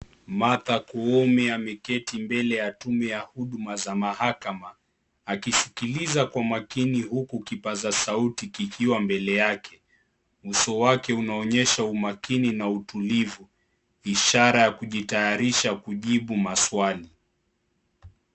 Martha Koome ameketi mbele ya Tume ya huduma za Mahakama akisikiliza kwa makini huku kipaza sauti kikiwa mbele yake. Uso wake unaonyesha umakini na utulivu, ishara ya kujitayarisha kujibu maswali.